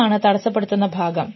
ഇതാണ് തടസ്സപ്പെടുത്തുന്ന ഭാഗം